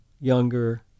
younger